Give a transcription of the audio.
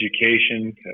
education